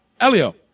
Elio